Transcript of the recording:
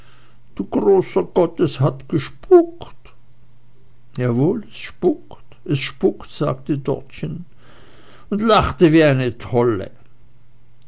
großer gott es hat gespukt jawohl es spukt es spukt sagte dortchen und lachte wie eine tolle